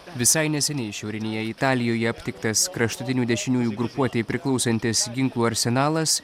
visai neseniai šiaurinėje italijoje aptiktas kraštutinių dešiniųjų grupuotei priklausantis ginklų arsenalas